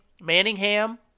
Manningham